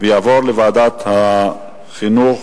לוועדת החינוך,